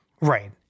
Right